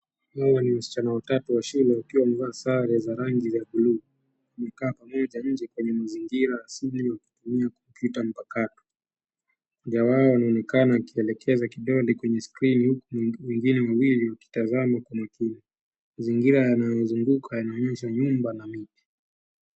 Hawa ni wasichana watatu wa shule wakiwa wamevaa sare za rangi ya blue . Wamekaa pamoja nje kwenye mazingira asili ya kutumia kupita mpakato. Mmoja wao anaonekana akielekeza kidole kwenye skrini huku wengine wawili wakitazama kwa umakini. Mazingira yanayozunguka yanaonyesha nyumba na miti.